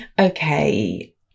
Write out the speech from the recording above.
Okay